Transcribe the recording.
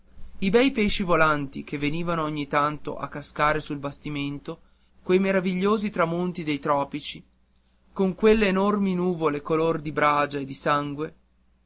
i bei pesci volanti che venivano ogni tanto a cascare sul bastimento quei meravigliosi tramonti dei tropici con quelle enormi nuvole color di bragia e di sangue